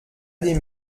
des